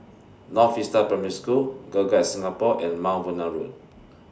North Vista Primary School Girl Guides Singapore and Mount Vernon Road